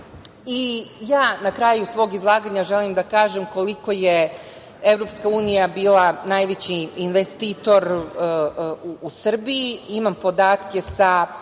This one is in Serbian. svesni. Na kraju svog izlaganja želim da kažem koliko je EU bila najveći investitor u Srbiji. Imam podatke sa